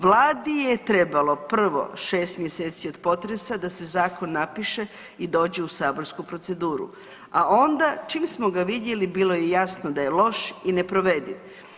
Vladi je trebalo prvo, 6 mjeseci od potresa da se zakon napiše i dođe u saborsku proceduru a onda čim smo ga vidjeli bilo je jasno da se loš i neprovediv.